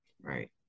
Right